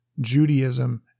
Judaism